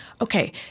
okay –